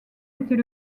était